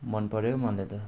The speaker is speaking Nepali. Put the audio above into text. मनपर्यो मलाई त